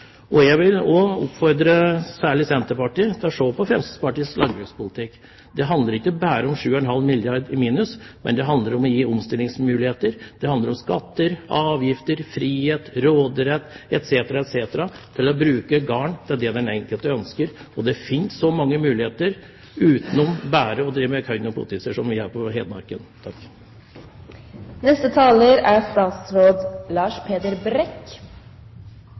muligheter? Jeg vil oppfordre særlig Senterpartiet til å se på Fremskrittspartiets landbrukspolitikk. Det handler ikke bare om 7,5 milliarder kr i minus. Det handler om å gi omstillingsmuligheter. Det handler om skatter, avgifter, frihet, råderett, etc., til å kunne bruke gården til det den enkelte ønsker. Det finnes mange muligheter utenom det å drive bare med korn og poteter, som vi gjør på Hedmarken. Innledningsvis vil jeg i dette avslutningsinnlegget mitt understreke at etter min mening er